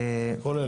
כולל.